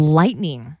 lightning